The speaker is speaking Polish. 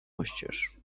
oścież